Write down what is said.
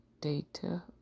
data